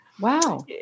Wow